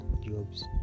jobs